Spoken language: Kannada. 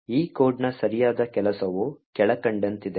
ಈ ಕೋಡ್ನ ಸರಿಯಾದ ಕೆಲಸವು ಕೆಳಕಂಡಂತಿದೆ